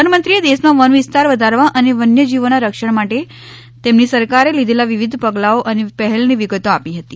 પ્રધાનમંત્રીએ દેશમાં વનવિસ્તાર વધારવા અને વન્ય જીવોના રક્ષણ માટે તેમની સરકારે લીધેલા વિવિધ પગલાંઓ અને પહેલની વિગતો આપી હતી